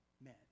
men